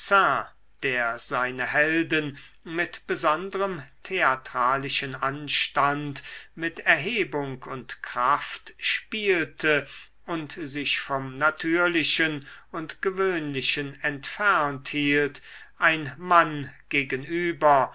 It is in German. der seine helden mit besondrem theatralischen anstand mit erhebung und kraft spielte und sich vom natürlichen und gewöhnlichen entfernt hielt ein mann gegenüber